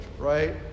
right